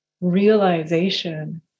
realization